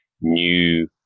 new